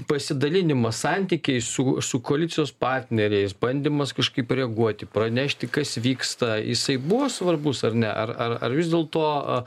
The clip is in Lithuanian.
pasidalinimas santykiai su su koalicijos partneriais bandymas kažkaip reaguoti pranešti kas vyksta jisai buvo svarbus ar ne ar ar ar vis dėlto